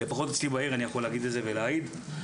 אני יכול להגיד את זה ולהעיד לפחות לגבי אצלי בעיר.